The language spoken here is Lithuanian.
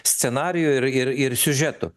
scenarijų ir ir ir siužetų